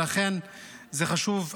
ולכן זה חשוב.